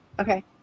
okay